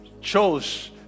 chose